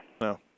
No